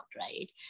right